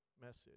message